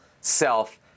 self